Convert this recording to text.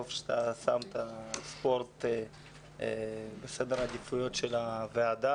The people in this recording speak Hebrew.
טוב ששמת את הספורט בסדר העדיפויות של הוועדה.